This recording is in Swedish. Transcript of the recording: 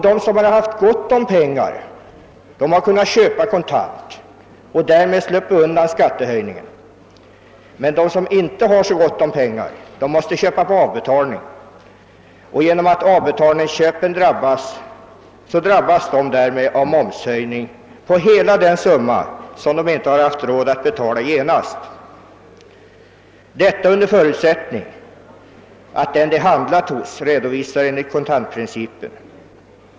De som haft gott om pengar har kunnat köpa kontant och därmed sluppit undan skattehöjningen, medan de som inte haft så gott om pengar har måst köpa på avbetalning. Genom att avbetalningsköpen inberäknas kommer de att drabbas av momshöjning på hela den summa som de inte haft råd att betala genast. Förutsättningen för detta är att den affär de handlat hos redovisar enligt kontantprincipen.